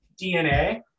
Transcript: DNA